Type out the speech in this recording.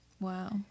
Wow